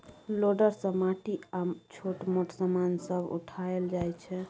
loader सँ माटि आ छोट मोट समान सब उठाएल जाइ छै